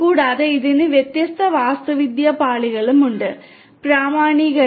കൂടാതെ ഇതിന് വ്യത്യസ്ത വാസ്തുവിദ്യാ പാളികളുണ്ട് പ്രാമാണീകരണം